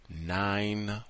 nine